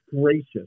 gracious